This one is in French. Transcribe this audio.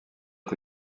est